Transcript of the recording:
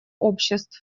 обществ